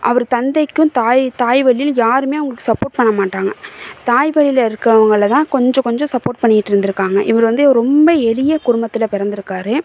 அவர் தந்தைக்கும் தாய் தாய் வழியில யாருமே அவங்களுக்கு சப்போர்ட் பண்ண மாட்டாங்க தாய்வழியில இருக்குறவங்களை தான் கொஞ்சம் கொஞ்சம் சப்போர்ட் பண்ணிக்கிட்டு இருந்து இருக்காங்க இவர் வந்து ரொம்ப எளிய குடும்பத்தில் பிறந்துருக்கார்